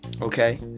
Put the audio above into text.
Okay